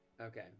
okay